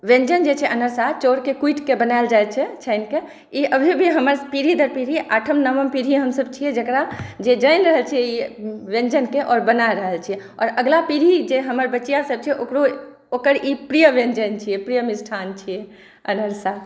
व्यञ्जन जे छै अनरसा चाउरके कुटिकऽ बनाएल जाय छै छानिकऽ ई अभी भी हमरसबके पीढ़ी दर पीढ़ी आठम नवम पीढ़ी हमसब छिए जकरा जे जानि रहल छिए ई व्यञ्जनके आओर बना रहल छिए आओर अगिला पीढ़ी जे हमर बचिआ सब छै ओकरो ओकर ई प्रिय व्यञ्जन छिए प्रिय मिष्ठान्न छिए अनरसा